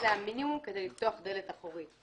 זה המינימום כדי לפתוח דלת אחורית,